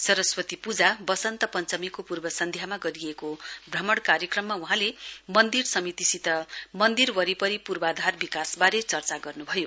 सरस्वती पूजा वसन्त पञ्चमीको पूर्वसन्ध्यतामा गरिएको भ्रमण कार्यक्रममा वहाँले मन्दिर समितिसित मन्दिर वरिपरि पूर्वाधार विकासवारे चर्चा गर्नुभयो